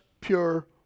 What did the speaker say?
pure